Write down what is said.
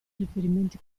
riferimenti